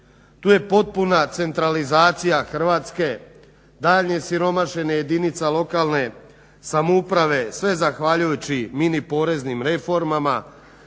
To je potpuna centralizacija Hrvatske, daljnje siromašenje jedinica lokalne samouprave, sve zahvaljujući mini poreznim reformama,